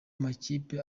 amakipe